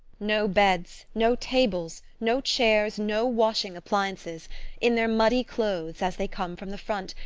no beds, no tables, no chairs, no washing appliances in their muddy clothes, as they come from the front,